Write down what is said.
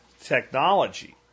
technology